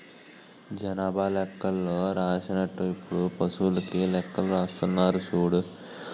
జనాభా లెక్కలు రాసినట్టు ఇప్పుడు పశువులకీ లెక్కలు రాస్తున్నారు సూడు